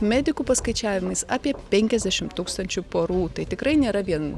medikų paskaičiavimais apie penkiasdešim tūkstančių porų tai tikrai nėra vien